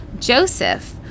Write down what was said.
Joseph